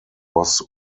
was